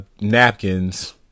napkins